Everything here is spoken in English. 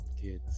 kids